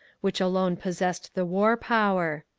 which alone possessed the war power.